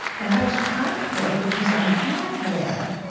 and i was primed for it because i had read